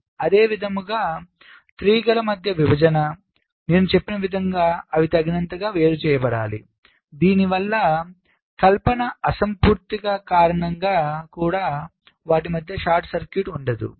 అదేవిధంగా తీగల మధ్య విభజననేను చెప్పిన విధముగా అవి తగినంతగా వేరు చేయబడాలి దీనివల్ల కల్పన అసంపూర్ణత కారణంగా కూడా వాటి మధ్య షార్ట్ సర్క్యూట్ ఉండదు